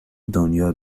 دنیا